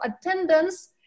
attendance